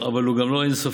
אבל הוא לא אין-סופי.